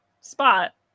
spot